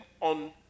on